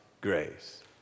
grace